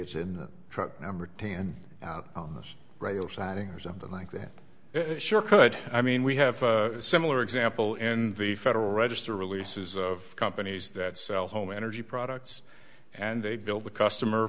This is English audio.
it's in the truck number ten this regular siding or something like that sure could i mean we have a similar example and the federal register releases of companies that sell home energy products and they build the customer